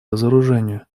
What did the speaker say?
разоружению